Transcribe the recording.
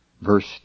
verse